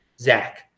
Zach